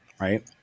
right